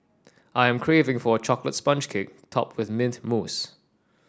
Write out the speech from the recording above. I am craving for a chocolate sponge cake topped with mint mousse